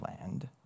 land